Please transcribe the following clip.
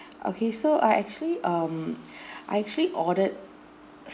okay so I actually um I actually ordered